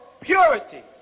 purity